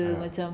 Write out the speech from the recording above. (uh huh)